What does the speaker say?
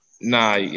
Nah